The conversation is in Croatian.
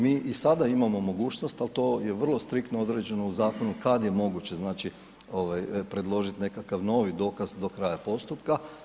Mi i sada imamo mogućnost ali to je vrlo striktno određeno u zakonu, kada je moguće znači predložiti nekakav novi dokaz do kraja postupka.